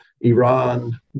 Iran